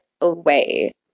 away